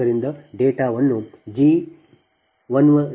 ಆದ್ದರಿಂದ ಡೇಟಾವನ್ನು G1 11